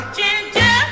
ginger